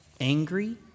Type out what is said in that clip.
angry